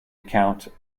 account